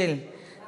מס' 744 ו-809,